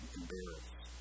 embarrassed